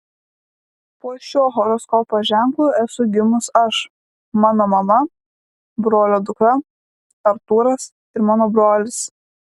po šiuo horoskopo ženklu esu gimus aš mano mama brolio dukra artūras ir mano brolis